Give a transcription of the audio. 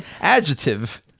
adjective